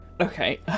Okay